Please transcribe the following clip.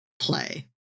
play